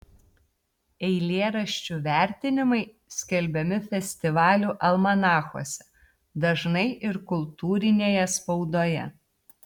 eilėraščių vertimai skelbiami festivalių almanachuose dažnai ir kultūrinėje spaudoje